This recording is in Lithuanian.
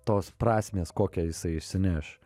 tos prasmės kokią jisai išsineš